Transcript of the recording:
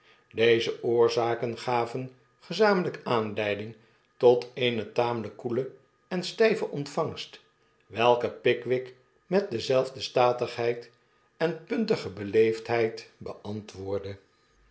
deze oorzaken gaven gezamenlyk aanleiding tot eene tamelyk koele en styve ontvangst welke pickwick met dezelfde statigheid en puntige beleefdheid beantwoordde